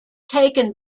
taken